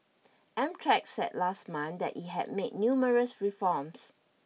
Amtrak said last month that it had made numerous reforms